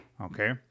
Okay